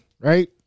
Right